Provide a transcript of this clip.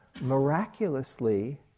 miraculously